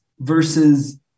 versus